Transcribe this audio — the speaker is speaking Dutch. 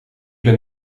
ben